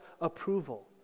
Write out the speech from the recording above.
approval